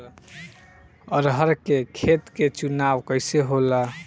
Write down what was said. अरहर के खेत के चुनाव कइसे होला?